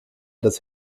das